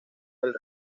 del